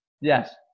Yes